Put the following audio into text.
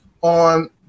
on